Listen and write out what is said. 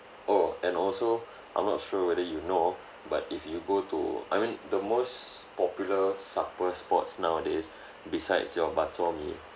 oh and also I'm not sure whether you know but if you go to I mean the most popular supper spots nowadays besides your bak chor mee